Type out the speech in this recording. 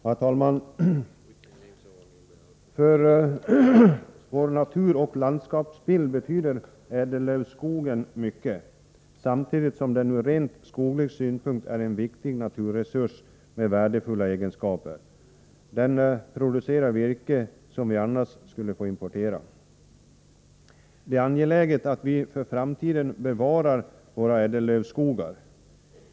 Herr talman! För vår naturoch landskapsbild betyder ädellövskogen mycket, samtidigt som den ur rent skoglig synpunkt är en viktig naturresurs med värdefulla egenskaper. Den producerar virke som vi annars skulle få importera. Det är angeläget att vi för framtiden bevarar våra ädellövskogar.